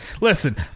Listen